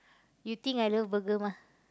you think I love burger mah